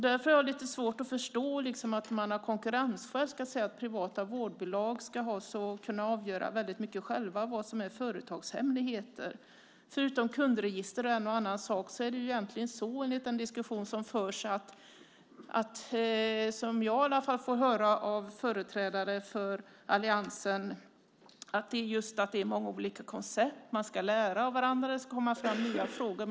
Därför har jag lite svårt att förstå att man av konkurrensskäl kan säga att privata vårdbolag ska kunna avgöra väldigt mycket själva vad som är företagshemligheter. Förutom kundregister och en och annan sak är det enligt den diskussion som förs många olika koncept, i alla fall är det vad jag fått höra av företrädare för alliansen. Man ska lära av varandra och det ska komma fram nya frågor.